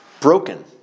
broken